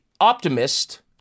optimist